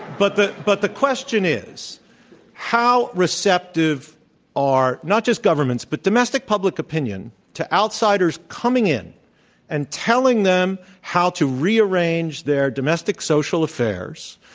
but but the question is how receptive are not just governments but domestic public opinion to outsiders coming in and telling them how to rearrange their domestic social affairs,